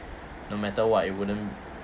no matter what it wouldn't